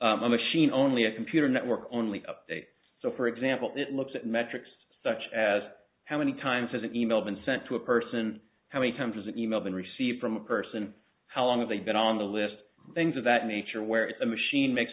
a machine only a computer network only update so for example it looks at metrics such as how many times has an e mail been sent to a person how many times an e mail been received from a person how long they've been on the list things of that nature where the machine m